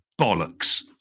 bollocks